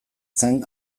zen